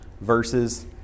verses